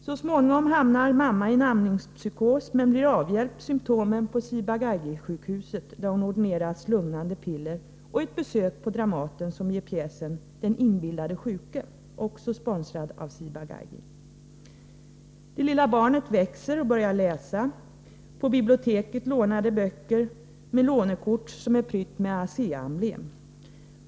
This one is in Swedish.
Så småningom hamnar mamma i en amningspsykos men blir avhjälpt symptomen på Ciba Geigy-sjukhuset där hon ordineras lugnande piller samt ett besök på Dramaten som ger pjäsen Den inbillade sjuke, också sponsrad av Ciba-Geigy. Det lilla barnet växer och börjar läsa. På biblioteket lånar det böcker med lånekortet som är prytt med ASEA:s emblem.